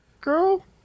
girl